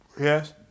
Yes